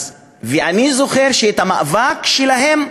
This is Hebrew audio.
ואני זוכר את המאבק שלהן,